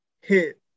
hit